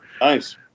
nice